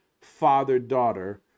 father-daughter